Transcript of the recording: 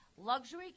Luxury